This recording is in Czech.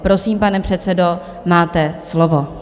Prosím, pane předsedo, máte slovo.